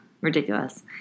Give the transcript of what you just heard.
ridiculous